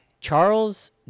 Charles